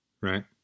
right